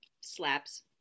Slaps